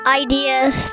ideas